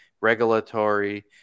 regulatory